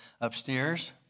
upstairs